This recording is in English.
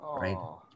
right